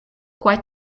quite